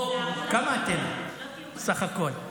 כמה אתם סך הכול?